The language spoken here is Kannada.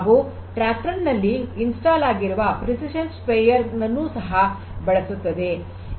ಹಾಗೂ ಟ್ರ್ಯಾಕ್ಟರ್ ನಲ್ಲಿ ಸ್ಥಾಪಿಸಿರುವ ಪ್ರಿಸಿಶನ್ ಸ್ಪ್ರೆಯೆರ್ ನನ್ನೂ ಸಹ ಬಳಸುತ್ತದೆ